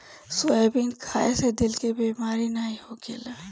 soybean खाए से दिल के बेमारी नाइ होखेला